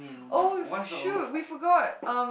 oh shoot we forgot um